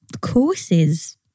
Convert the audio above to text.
courses